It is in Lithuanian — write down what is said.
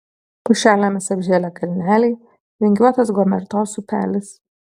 pušelėmis apžėlę kalneliai vingiuotas gomertos upelis